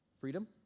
Freedom